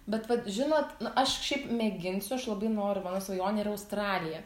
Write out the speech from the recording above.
bet vat žinot aš šiaip mėginsiu aš labai noriu mano svajonė yra australija